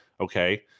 Okay